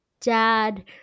dad –